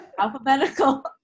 Alphabetical